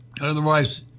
Otherwise